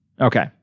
Okay